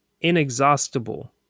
inexhaustible